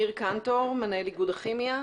ניר קנטור, מנהל איגוד הכימיה.